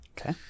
Okay